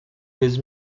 his